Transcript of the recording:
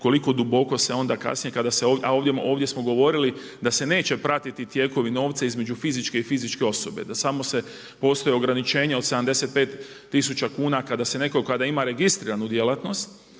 koliko duboko se onda kasnije, a ovdje smo govorili da se neće pratiti tijekovi novca između fizičke i fizičke osobe, da samo postoje ograničenja od 75 tisuća kuna kada neko ima registriranu djelatnost